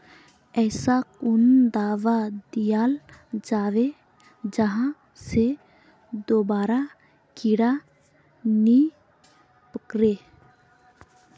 ऐसा कुन दाबा दियाल जाबे जहा से दोबारा कीड़ा नी पकड़े?